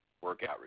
workout